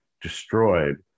destroyed